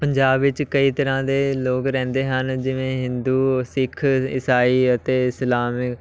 ਪੰਜਾਬ ਵਿੱਚ ਕਈ ਤਰ੍ਹਾਂ ਦੇ ਲੋਕ ਰਹਿੰਦੇ ਹਨ ਜਿਵੇਂ ਹਿੰਦੂ ਸਿੱਖ ਇਸਾਈ ਅਤੇ ਇਸਲਾਮਿਕ